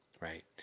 right